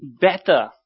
better